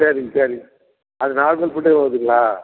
சரிங்க சரிங்க அது நார்மல் ஃபுட்டே ஓகேங்களா